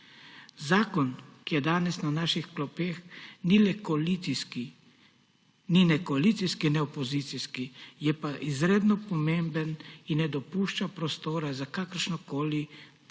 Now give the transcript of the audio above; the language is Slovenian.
Zakon, ki je danes na naših klopeh, ni ne koalicijski ne opozicijski, je pa izredno pomemben in ne dopušča prostora za kakršenkoli politični